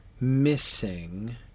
missing